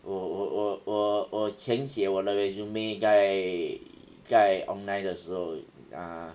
我我我我我前写我的 resume 在在 online 的时候啊